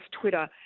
Twitter